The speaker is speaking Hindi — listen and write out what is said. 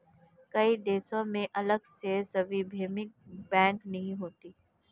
कई देशों में अलग से सार्वभौमिक बैंक नहीं होते